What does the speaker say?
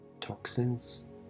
toxins